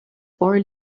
four